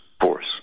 force